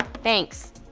thanks!